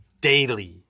daily